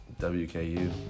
WKU